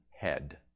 head